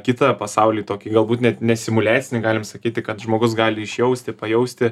kitą pasaulį tokį galbūt net nesimuliacinį galim sakyti kad žmogus gali išjausti pajausti